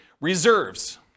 reserves